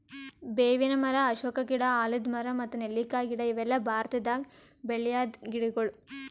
ಬೇವಿನ್ ಮರ, ಅಶೋಕ ಗಿಡ, ಆಲದ್ ಮರ ಮತ್ತ್ ನೆಲ್ಲಿಕಾಯಿ ಗಿಡ ಇವೆಲ್ಲ ಭಾರತದಾಗ್ ಬೆಳ್ಯಾದ್ ಗಿಡಗೊಳ್